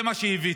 זה מה שהבאתם,